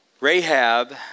Rahab